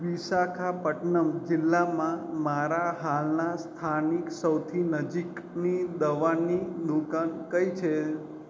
વિશાખાપટ્ટનમ જિલ્લામાં મારાં હાલના સ્થાનિક સૌથી નજીકની દવાની દુકાન કઈ છે